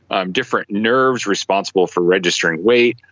um different nerves responsible for registering weight,